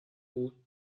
بود